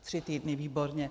Tři týdny, výborně.